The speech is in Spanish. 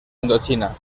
indochina